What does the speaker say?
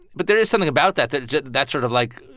but there is something about that that that's sort of like.